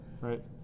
Right